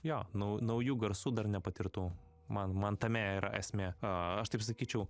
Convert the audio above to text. jo nau naujų garsų dar nepatirtų man man tame yra esmė aš taip sakyčiau